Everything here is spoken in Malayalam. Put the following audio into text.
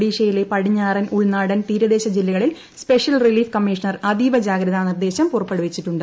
ഒഡീഷയിലെ പടിഞ്ഞാറൻ ഉൾനാടൻ തീരദേശ ജില്ലകളിൽ സ്പെഷ്യൽ റീലീഫ് കമ്മീഷണർ അതീവ ജാഗ്രതാ നിർദ്ദേശം പുറപ്പെടുവിച്ചിട്ടുണ്ട്